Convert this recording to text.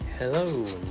Hello